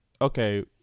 okay